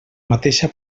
mateixa